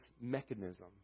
mechanism